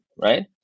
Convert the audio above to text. right